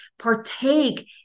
partake